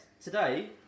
today